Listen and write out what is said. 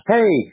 Hey